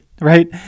right